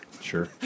Sure